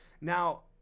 Now